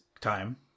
time